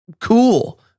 cool